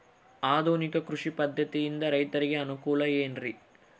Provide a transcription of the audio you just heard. ಆಧುನಿಕ ಕೃಷಿ ಪದ್ಧತಿಯಿಂದ ರೈತರಿಗೆ ಅನುಕೂಲ ಏನ್ರಿ?